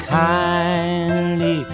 kindly